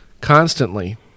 constantly